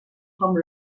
com